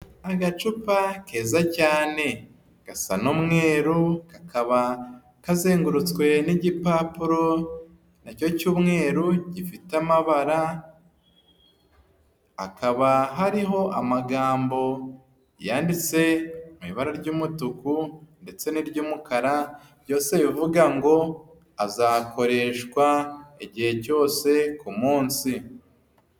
Agacupa keza cyane. Gasa n'umweru kakaba kazengurutswe n'igipapuro na cyo cy'umweru gifite amabara hakaba hariho amagambo yanditse mu ibara ry'umutuku ndetse n'iry'umukara byose bivuga ngo azakoreshwa igihe cyose ku munsi.